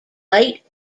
late